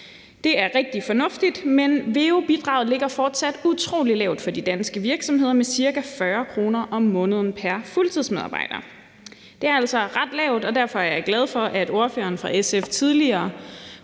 Det er rigtig fornuftigt, men veu-bidraget ligger fortsat utrolig lavt for de danske virksomheder med ca. 40 kr. om måneden pr. fuldtidsmedarbejder. Det er altså ret lavt, og derfor er jeg glad for, at ordføreren for SF tidligere